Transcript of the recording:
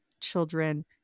children